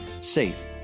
safe